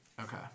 Okay